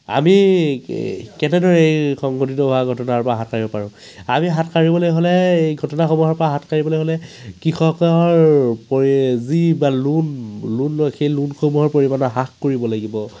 আমি কেনেদৰে সংগঠিত হোৱা ঘটনাৰ পৰা হাত সাৰিব পাৰোঁ আমি হাত সাৰিবলৈ হ'লে এই ঘটনাসমূহৰ পৰা হাত সাৰিবলৈ হ'লে কৃষকৰ পৰি যি বা লোণ লোণ লয় সেই লোণসমূহৰ পৰিমাণো হ্ৰাস কৰিব লাগিব